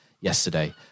yesterday